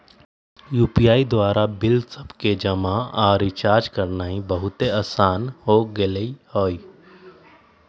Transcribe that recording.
UPI द्वारा bill सभके जमा आऽ रिचार्ज करनाइ बहुते असान हो गेल हइ